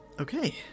Okay